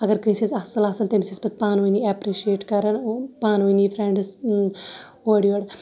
اگر کٲنٛسہِ ہٕنٛز اَصٕل آسان تٔمِس ٲسۍ پَتہٕ پانہٕ ؤنی ایپرِٛشیٹ کَران یِم پانہٕ ؤنی فرٛینٛڈٕز اورٕ یورٕ